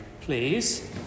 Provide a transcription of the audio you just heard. please